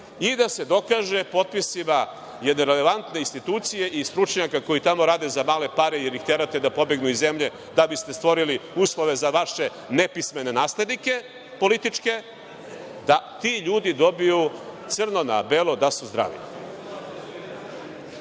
i da se dokaže potpisima jedne relevantne institucije i stručnjaka koji tamo rade za male pare ili ih terate da pobegnu iz zemlje, da biste stvorili uslove za veše nepismene naslednike političke, da ti ljudi dobiju crno na belo da su zdravi.